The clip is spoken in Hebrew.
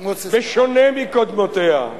בשונה מקודמותיה,